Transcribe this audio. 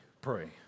pray